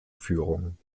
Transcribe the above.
führung